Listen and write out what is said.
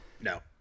no